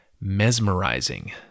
mesmerizing